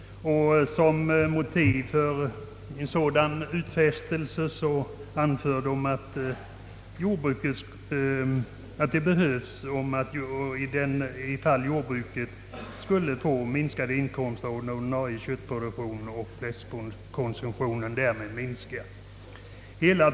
Som motiv för en sådan utfästelse anför de att en sådan kompensation behövs, ifall jordbruket skulle få minskade inkomster av den ordinarie köttproduktionen och att fläskkonsumtionen därmed skulle minska.